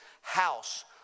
house